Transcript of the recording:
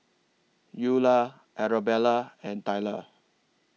Eulah Arabella and Tyler